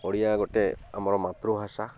ଓଡ଼ିଆ ଗୋଟେ ଆମର ମାତୃଭାଷା